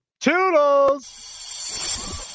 Toodles